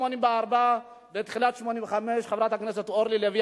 1984 ותחילת 1985. חברת הכנסת אורלי לוי,